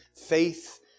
faith